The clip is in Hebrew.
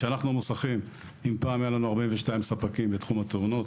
אם פעם למוסכים היו 42 ספקים בתחום התאונות,